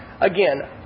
Again